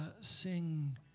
sing